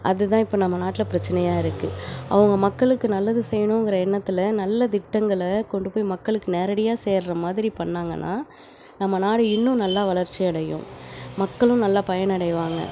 அது தான் இப்போ நம்ம நாட்டில் பிரச்சினையா இருக்குது அவங்க மக்களுக்கு நல்லது செய்யணுங்கிற எண்ணத்தில் நல்ல திட்டங்களை கொண்டு போய்க மக்களுக்கு நேரடியா சேர்கிற மாதிரி பண்ணிணாங்கன்னா நம்ம நாடு இன்னும் நல்லா வளர்ச்சி அடையும் மக்களும் நல்லா பயன் அடைவாங்க